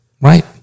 Right